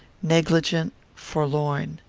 negligent, forlorn.